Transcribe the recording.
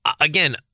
Again